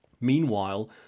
Meanwhile